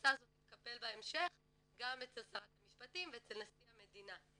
ההמלצה הזאת תתקבל בהמשך גם אצל שרת המשפטים ואצל נשיא המדינה.